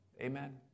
Amen